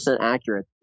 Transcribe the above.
accurate